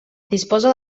disposa